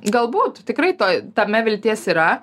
galbūt tikrai to tame vilties yra